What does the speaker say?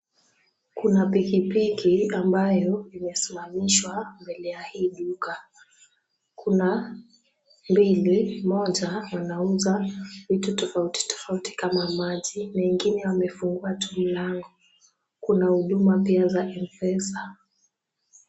Kuna pikipiki ambayo imesimamishwa mbele ya hii duka. Kuna bibi mmoja anauza vitu tofauti tofauti kama maji na ingine amefungua tu mlango. Kuna huduma pia za mpesa.